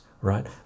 right